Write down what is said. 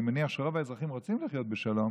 אני מניח שרוב האזרחים רוצים לחיות בשלום,